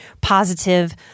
positive